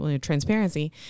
transparency